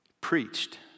preached